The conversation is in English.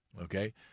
okay